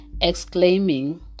exclaiming